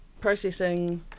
processing